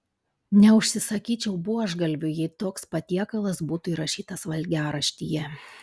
neužsisakyčiau buožgalvių jei toks patiekalas būtų įrašytas valgiaraštyje